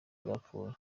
zapfuye